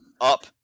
up